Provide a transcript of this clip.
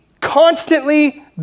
Constantly